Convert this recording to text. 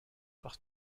parce